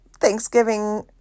Thanksgiving